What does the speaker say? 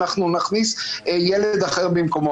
נכניס ילד אחר במקומו.